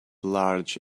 large